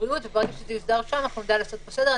ברגע שזה יוסדר נדע לעשות את הסדר.